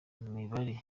mibare